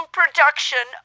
production